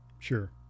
Sure